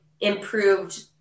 improved